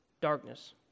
darkness